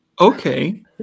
okay